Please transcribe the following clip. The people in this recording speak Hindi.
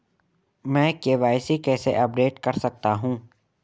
मैं के.वाई.सी कैसे अपडेट कर सकता हूं?